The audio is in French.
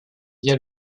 via